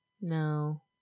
No